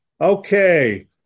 Okay